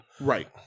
Right